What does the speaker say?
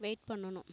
wait பண்ணணும்